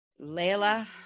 Layla